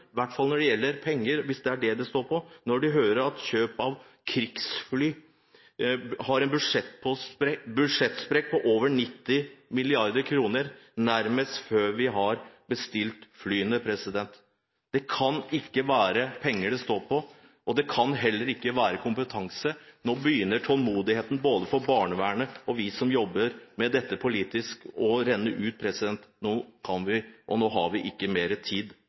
hvert fall når det gjelder penger, hvis det er det det står på, når man hører at kjøp av krigsfly har en budsjettsprekk på over 90 mrd. kr nærmest før vi har bestilt flyene. Det kan ikke være penger det står på, og det kan heller ikke være kompetanse. Nå begynner tålmodigheten til barnevernet – og også for oss som jobber med dette politisk – å renne ut. Nå har vi